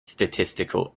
statistical